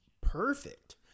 perfect